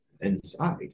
inside